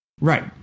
Right